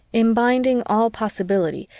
in binding all possibility,